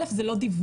א' זה לא דיווח,